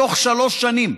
בתוך שלוש שנים.